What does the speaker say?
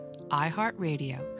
iheartradio